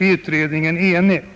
utredningen enig om.